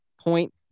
point